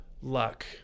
luck